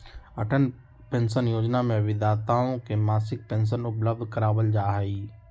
Atal pension योजना में अभिदाताओं के मासिक पेंशन उपलब्ध करावल जाहई